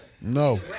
No